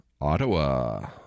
Ottawa